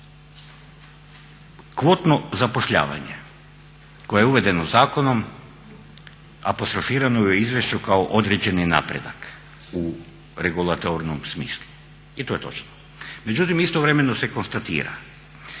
Kvotno zapošljavanje koje je uvedeno zakonom apostrofirano je u izvješću kao određeni napredak u regulatornom smislu i to je točno. Međutim, istovremeno se konstatira